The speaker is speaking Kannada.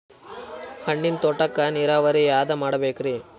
ಹಣ್ಣಿನ್ ತೋಟಕ್ಕ ನೀರಾವರಿ ಯಾದ ಮಾಡಬೇಕ್ರಿ?